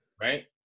right